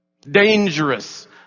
Dangerous